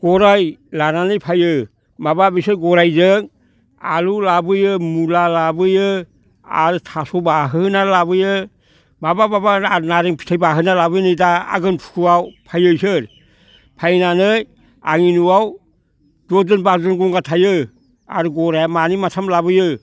गराइ लानानै फैयो माबा बिसोर गराइजों आलु लाबोयो मुला लाबोयो आरो थास' बाहोना लाबोयो माबा माबा नारें फिथाइ बाहोना लाबोयो नै दा आगोन फुहआव फैयो बिसोर फैनानै आंनि न'आव दस दिन बार' दिन गंगार थायो आरो गराइया मानै माथाम लाबोयो